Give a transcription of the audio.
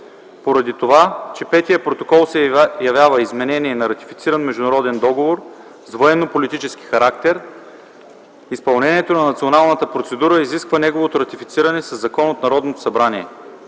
Поради това, че Петият протокол се явява изменение на ратифициран международен договор с военнополитически характер, изпълнението на националната процедура изисква неговото ратифициране със закон от Народното събрание.